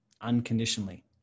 unconditionally